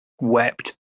wept